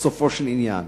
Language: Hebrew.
בסופו של עניין.